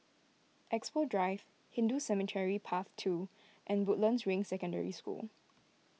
Expo Drive Hindu Cemetery Path two and Woodlands Ring Secondary School